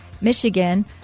Michigan